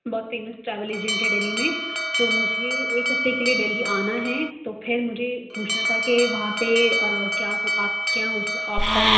بہت famous travel agent ہے ڈلہی میں تو مجھے ایک ہفتے کے لیے ڈلہی میں آنا ہے تو پھر مجھے پوچھنا تھا کہ وہاں پہ کیا ہو آپ کیا ہو کیا ہو آپ ہو